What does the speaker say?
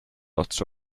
lots